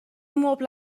مبل